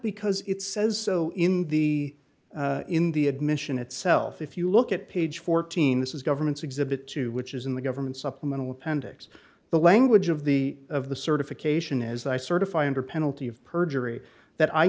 because it says so in the in the admission itself if you look at page fourteen this is government's exhibit two which is in the government supplemental appendix the language of the of the certification is that i certify under penalty of perjury that i